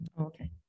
Okay